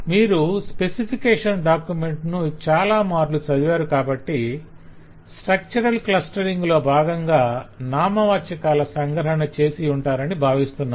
మీరు specification document ను చాలా మార్లు చదివారు కాబట్టి స్ట్రక్చరల్ క్లస్టరింగ్ లో భాగంగా నామవాచకాల సంగ్రహణ చేసియుంటారని భావిస్తున్నాను